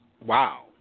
wow